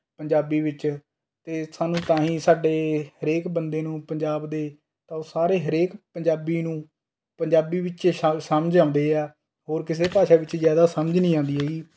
ਪੰਜਾਬੀ ਵਿੱਚ ਅਤੇ ਸਾਨੂੰ ਤਾਂ ਹੀ ਸਾਡੇ ਹਰੇਕ ਬੰਦੇ ਨੂੰ ਪੰਜਾਬ ਦੇ ਤਾਂ ਉਹ ਸਾਰੇ ਹਰੇਕ ਪੰਜਾਬੀ ਨੂੰ ਪੰਜਾਬੀ ਵਿੱਚ ਹੀ ਸਮਝ ਸਮਝ ਆਉਂਦੇ ਹੈ ਹੋਰ ਕਿਸੇ ਭਾਸ਼ਾ ਵਿੱਚ ਜ਼ਿਆਦਾ ਸਮਝ ਨਹੀਂ ਆਉਂਦੀ ਹੈ